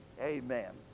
amen